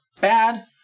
bad